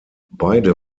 beide